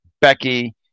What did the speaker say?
Becky